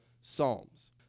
psalms